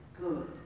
good